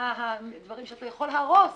מה הדברים שאתה יכול להרוס,